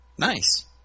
Nice